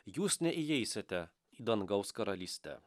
jūs neįeisite į dangaus karalystę